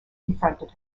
confronted